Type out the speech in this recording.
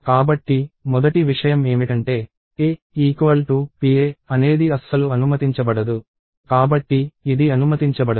కాబట్టి మొదటి విషయం ఏమిటంటే a pa అనేది అస్సలు అనుమతించబడదు కాబట్టి ఇది అనుమతించబడదు